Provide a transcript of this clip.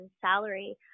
salary